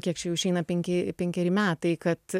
kiek čia jau išeina penki penkeri metai kad